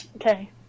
Okay